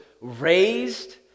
raised